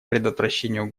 предотвращению